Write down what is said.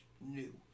new